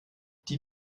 die